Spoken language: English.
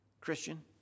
Christian